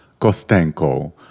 Kostenko